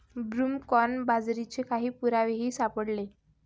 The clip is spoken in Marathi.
ब्रूमकॉर्न बाजरीचे काही पुरावेही सापडले